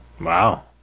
Wow